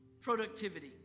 productivity